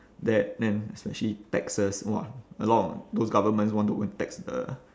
debt then especially taxes !wah! a lot those governments want to go and tax the